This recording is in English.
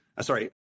sorry